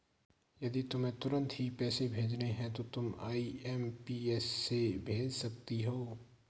यदि तुम्हें तुरंत ही पैसे भेजने हैं तो तुम आई.एम.पी.एस से भेज सकती हो